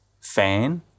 fan